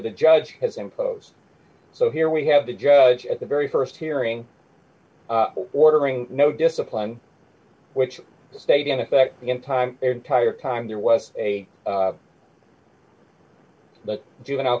the judge has imposed so here we have the judge at the very st hearing ordering d no discipline which stayed in effect in time tire time there was a the juvenile